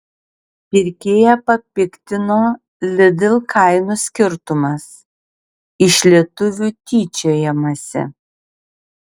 pirkėją papiktino lidl kainų skirtumas iš lietuvių tyčiojamasi